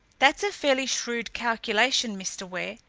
that's a fairly shrewd calculation, mr. ware,